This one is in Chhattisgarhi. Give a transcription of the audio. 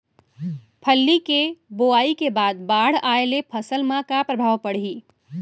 फल्ली के बोआई के बाद बाढ़ आये ले फसल मा का प्रभाव पड़ही?